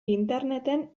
interneten